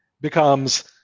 becomes